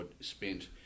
spent